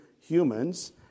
humans